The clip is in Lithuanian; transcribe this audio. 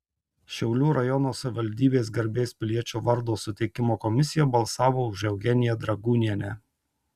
šiaulių rajono savivaldybės garbės piliečio vardo suteikimo komisija balsavo už eugeniją dragūnienę